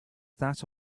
that